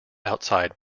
outside